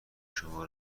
شما